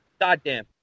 Goddamn